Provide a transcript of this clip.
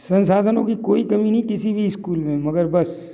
संसाधनों की कोई कमी नहीं किसी भी ईस्कूल में मगर बस